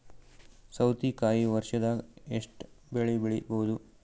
ಸೌತಿಕಾಯಿ ವರ್ಷದಾಗ್ ಎಷ್ಟ್ ಬೆಳೆ ತೆಗೆಯಬಹುದು?